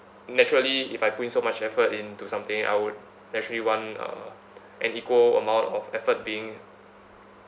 naturally if I put in so much effort into something I would naturally want uh an equal amount of effort being